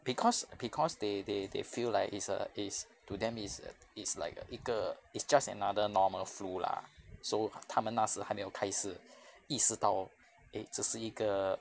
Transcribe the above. because because they they they feel like it's a it's to them it's a it's like a 一个 it's just another normal flu lah so 他们那时还没有开始意识到 hor eh 这是一个